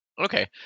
Okay